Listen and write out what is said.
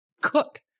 cook